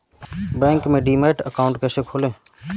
Bank में demat account कैसे खोलें?